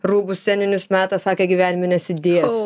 rūbus sceninius meta sakė gyvenime nesidėsiu